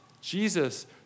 Jesus